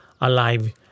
alive